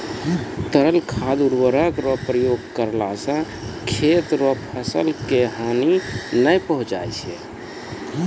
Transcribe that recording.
तरल खाद उर्वरक रो प्रयोग करला से खेत रो फसल के हानी नै पहुँचय छै